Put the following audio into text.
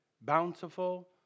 bountiful